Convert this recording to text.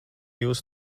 jūsu